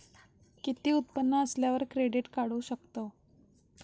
किती उत्पन्न असल्यावर क्रेडीट काढू शकतव?